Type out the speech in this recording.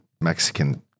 Mexican